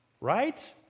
Right